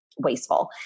wasteful